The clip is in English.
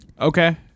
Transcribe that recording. Okay